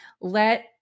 let